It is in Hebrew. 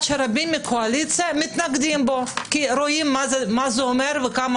שרבים בקואליציה מתנגדים לו כי רואים מה זה אומר וכמה